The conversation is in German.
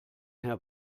herr